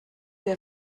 der